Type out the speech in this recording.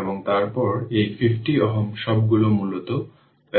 এবং τ L R এটি সার্কিটের সময় কনস্ট্যান্ট